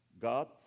God